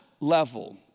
level